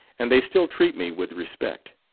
and they still treat me with respect.